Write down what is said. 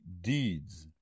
deeds